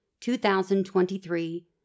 2023